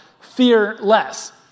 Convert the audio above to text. Fearless